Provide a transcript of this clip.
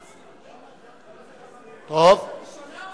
את הראשונה הוא הסיר, לא את השנייה.